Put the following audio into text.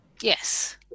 yes